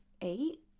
eight